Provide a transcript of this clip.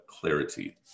clarity